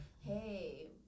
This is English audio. hey